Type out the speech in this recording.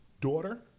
daughter